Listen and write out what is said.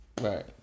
Right